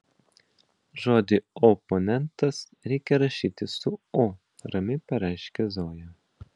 žodį oponentas reikia rašyti su o ramiai pareiškė zoja